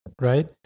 right